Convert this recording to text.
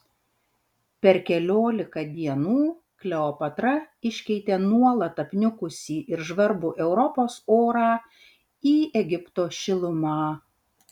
per keliolika dienų kleopatra iškeitė nuolat apniukusį ir žvarbų europos orą į egipto šilumą